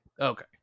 Okay